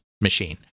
machine